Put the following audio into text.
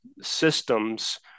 systems